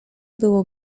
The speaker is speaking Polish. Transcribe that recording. było